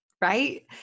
right